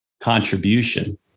contribution